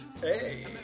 Hey